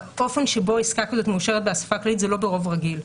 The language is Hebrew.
האופן שבו עסקה כזאת מאושרת באספה הכללית זה לא ברוב רגיל,